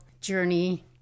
journey